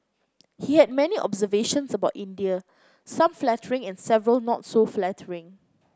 he had many observations about India some flattering and several not so flattering